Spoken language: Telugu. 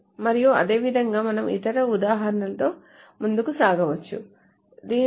మరియు అదేవిధంగా మనం ఇతర ఉదాహరణలతో ముందుకు సాగవచ్చు దీనితో